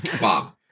Mom